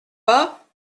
pas